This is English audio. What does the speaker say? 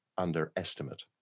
underestimate